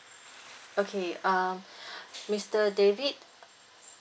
okay uh mister david